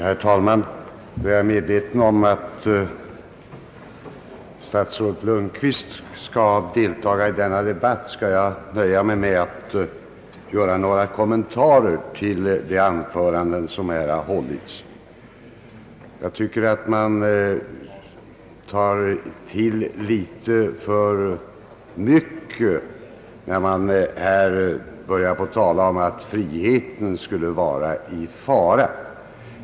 Herr talman! Då jag är medveten om att herr statsrådet Lundkvist skall delta i denna debatt skall jag nöja mig med att göra några kommentarer med anledning av de anföranden som här har hållits. Jag tycker att man tar till litet för mycket, när man här börjar på att tala om att friheten skulle vara i fara.